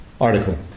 article